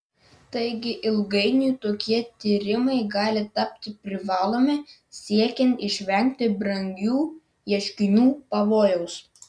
taigi ilgainiui tokie tyrimai gali tapti privalomi siekiant išvengti brangių ieškinių pavojaus